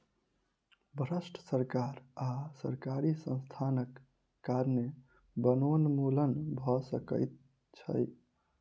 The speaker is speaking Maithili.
भ्रष्ट सरकार आ सरकारी संस्थानक कारणें वनोन्मूलन भ सकै छै